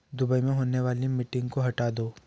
Dubai में होने वाली मीटिंग को हटा दो